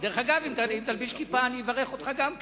דרך אגב, אם תחבוש כיפה אני אברך גם אותך.